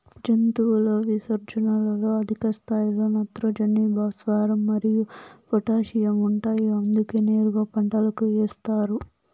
జంతువుల విసర్జనలలో అధిక స్థాయిలో నత్రజని, భాస్వరం మరియు పొటాషియం ఉంటాయి అందుకే నేరుగా పంటలకు ఏస్తారు